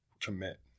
commit